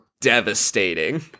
devastating